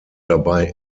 dabei